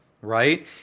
right